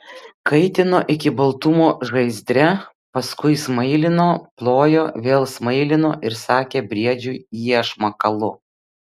kaitino iki baltumo žaizdre paskui smailino plojo vėl smailino ir sakė briedžiui iešmą kalu